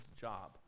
job